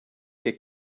che